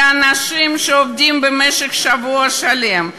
אלה אנשים שעובדים שבוע שלם,